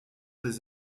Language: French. des